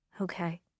Okay